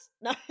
No